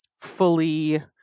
fully